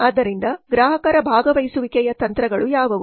ಆದ್ದರಿಂದ ಗ್ರಾಹಕರ ಭಾಗವಹಿಸುವಿಕೆಯ ತಂತ್ರಗಳು ಯಾವುವು